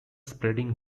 spending